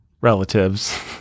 relatives